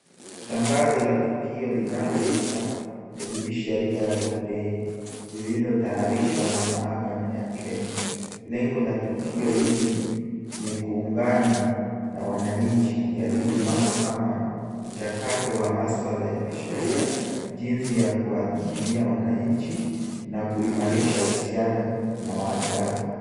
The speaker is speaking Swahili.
Tangazo la tukio linaloitwa the judiciary dialogue day , lililotayarishwa na mahakama ya Kenya. Lengo la tukio hili ni kuungana na wananchi kujadili mambo kama mchakato wa masuala ya kisheria, jinsi ya kuwahudumia wananchi na kuimarisha uhusiano na wadau.